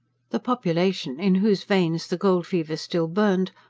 the population, in whose veins the gold-fever still burned,